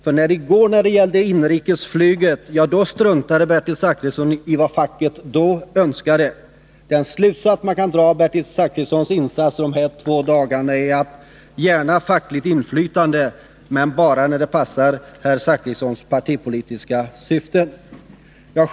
I går när det gällde inrikesflyget på Bromma struntade Bertil Zachrisson i vad facket önskade. Den slutsats man kan dra av hans agerande under de här två dagarna är: Gärna fackligt inflytande, men bara när det passar herr Zachrissons partipolitiska syften. Herr talman!